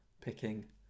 picking